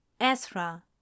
Ezra